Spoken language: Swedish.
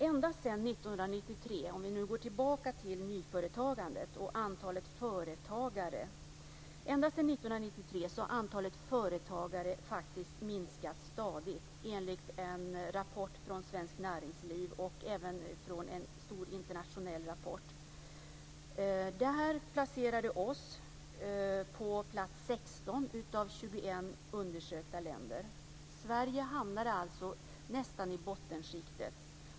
Ända sedan 1993, om vi nu går tillbaka till nyföretagandet och antalet företagare, har faktiskt antalet företagare minskat stadigt enligt en rapport från Svenskt Näringsliv och även en stor internationell rapport. Vi placerade oss på plats 16 av 21 undersökta länder. Sverige hamnade alltså nästan i bottenskiktet.